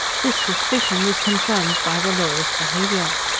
this suspicion was confirmed by the lawyer's behaviour.